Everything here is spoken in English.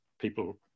people